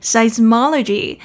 Seismology